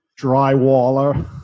drywaller